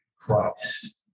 Christ